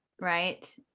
right